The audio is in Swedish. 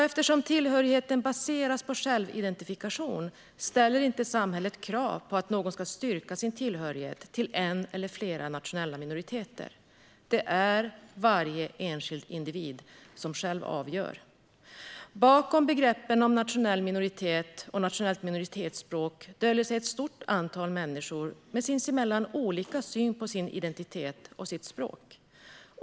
Eftersom tillhörigheten baseras på självidentifikation ställer inte samhället krav på att någon ska styrka sin tillhörighet till en eller flera nationella minoriteter. Det är varje enskild individ som själv avgör. Bakom begreppen "nationella minoritet" och "nationellt minoritetsspråk" döljer sig ett stort antal människor med sinsemellan olika syn på sin identitet och sitt språk.